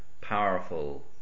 powerful